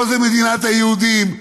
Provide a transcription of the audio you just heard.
פה זה מדינת היהודים,